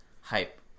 hype